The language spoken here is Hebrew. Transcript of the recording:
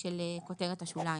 של כותרת השוליים.